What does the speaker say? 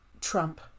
Trump